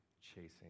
chasing